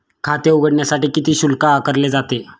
खाते उघडण्यासाठी किती शुल्क आकारले जाते?